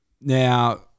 now